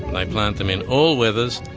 they plant them in all weathers,